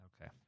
Okay